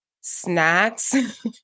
snacks